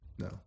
No